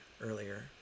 earlier